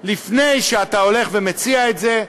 לפני שאתה הולך ומציע את זה,